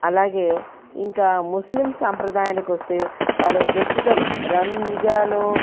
అలాగే ఇంకా ముస్లిం సాంప్రదాయానికి వస్తే వాళ్ళు ప్రస్తుత రంజాను